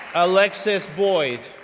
alexis boyd,